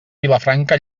vilafranca